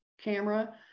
camera